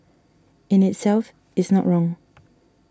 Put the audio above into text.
in itself is not wrong